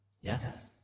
Yes